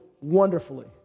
wonderfully